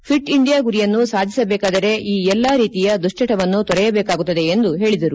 fit India ಗುರಿಯನ್ನು ಸಾಧಿಸಬೇಕಾದರೆ ಈ ಎಲ್ಲ ರೀತಿಯ ದುಶ್ಲಟವನ್ನು ತೊರೆಯಬೇಕಾಗುತ್ತದೆ ಎಂದು ಹೇಳದರು